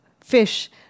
fish